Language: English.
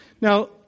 Now